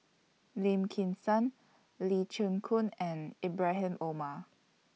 Lim Kim San Lee Chin Koon and Ibrahim Omar